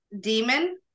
Demon